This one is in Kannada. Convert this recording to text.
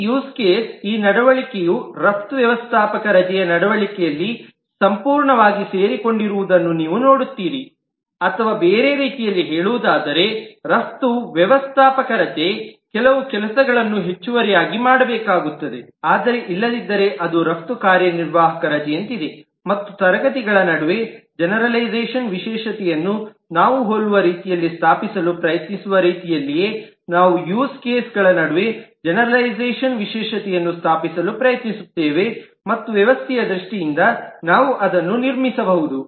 ಈ ಯೂಸ್ ಕೇಸ್ ಈ ನಡವಳಿಕೆಯು ರಫ್ತು ವ್ಯವಸ್ಥಾಪಕ ರಜೆಯ ನಡವಳಿಕೆಯಲ್ಲಿ ಸಂಪೂರ್ಣವಾಗಿ ಸೇರಿಕೊಂಡಿರುವುದನ್ನು ನೀವು ನೋಡುತ್ತೀರಿ ಅಥವಾ ಬೇರೆ ರೀತಿಯಲ್ಲಿ ಹೇಳುವುದಾದರೆ ರಫ್ತು ವ್ಯವಸ್ಥಾಪಕ ರಜೆ ಕೆಲವು ಕೆಲಸಗಳನ್ನು ಹೆಚ್ಚುವರಿಯಾಗಿ ಮಾಡಬೇಕಾಗುತ್ತದೆ ಆದರೆ ಇಲ್ಲದಿದ್ದರೆ ಅದು ರಫ್ತು ಕಾರ್ಯನಿರ್ವಾಹಕ ರಜೆಯಂತಿದೆ ಮತ್ತು ತರಗತಿಗಳ ನಡುವೆ ಜೆನೆರಲೈಝಷನ್ ವಿಶೇಷತೆಯನ್ನು ನಾವು ಹೋಲುವ ರೀತಿಯಲ್ಲಿ ಸ್ಥಾಪಿಸಲು ಪ್ರಯತ್ನಿಸುವ ರೀತಿಯಲ್ಲಿಯೇ ನಾವು ಯೂಸ್ ಕೇಸ್ಗಳ ನಡುವೆ ಜೆನೆರಲೈಝಷನ್ ವಿಶೇಷತೆಯನ್ನು ಸ್ಥಾಪಿಸಲು ಪ್ರಯತ್ನಿಸುತ್ತೇವೆ ಮತ್ತು ವ್ಯವಸ್ಥೆಯ ದೃಷ್ಟಿಯಿಂದ ನಾವು ಅದನ್ನು ನಿರ್ಮಿಸಬಹುದು